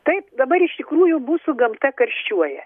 taip dabar iš tikrųjų mūsų gamta karščiuoja